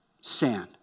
Sand